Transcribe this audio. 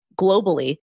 globally